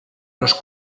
los